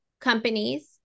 companies